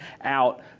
out